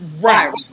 Right